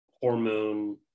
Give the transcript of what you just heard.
hormone